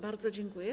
Bardzo dziękuję.